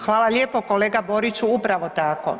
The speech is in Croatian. Hvala lijepo kolega Boriću, upravo tako.